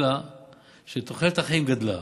אלא שתוחלת החיים עלתה,